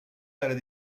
aree